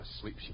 sleep